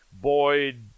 Boyd